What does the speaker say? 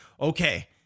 okay